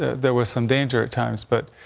there was some danger times but.